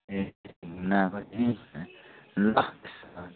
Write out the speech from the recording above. ए घुम्नु आएको तिमी ल त्यसो भए